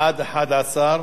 בעד, 11,